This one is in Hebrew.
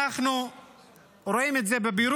הוא לא מכנס את הוועדה שאמורה לטפל